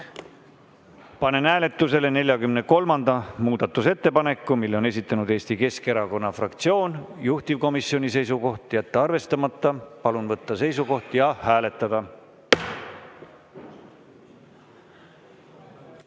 Panen hääletusele 43. muudatusettepaneku. Selle on esitanud Eesti Keskerakonna fraktsioon. Juhtivkomisjoni seisukoht on jätta arvestamata. Palun võtta seisukoht ja hääletada!